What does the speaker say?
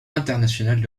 internationales